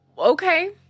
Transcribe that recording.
Okay